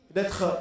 D'être